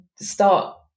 start